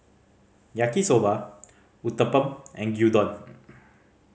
Yaki Soba Uthapam and Gyudon